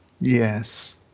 Yes